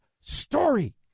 story